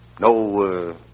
no